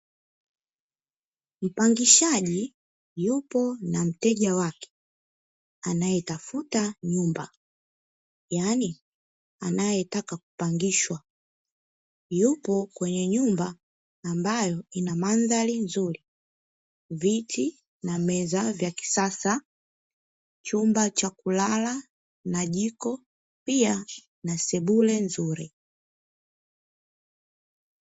Mpangishaji yupo na mteja wake anayetafuta nyumba, yani anayetaka kupangishwa yupo kwenye nyumba, ambayo ina mandhari nzuri viti na meza vya kisasa chumba cha kulala na jiko pia na sebule nzuri.